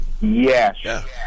Yes